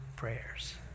Prayers